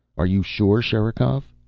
are you sure, sherikov?